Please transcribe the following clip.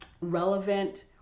relevant